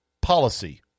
policy